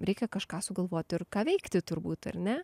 reikia kažką sugalvot ir ką veikti turbūt ar ne